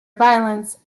violence